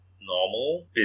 normal